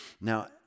Now